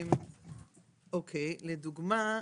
לדוגמה,